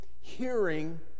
hearing